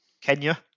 Kenya